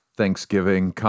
Thanksgiving